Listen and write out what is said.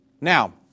Now